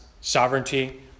sovereignty